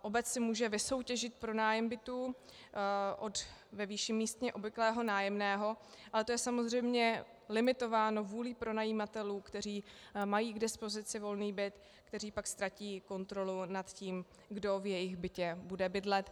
Obec si může vysoutěžit pronájem bytů ve výši místně obvyklého nájemného, ale to je samozřejmě limitováno vůlí pronajímatelů, kteří mají k dispozici volný byt, kteří pak ztratí kontrolu nad tím, kdo v jejich bytě bude bydlet.